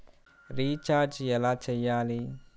Recharge ఎలా చెయ్యాలి?